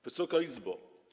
Wysoka Izbo!